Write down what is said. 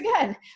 again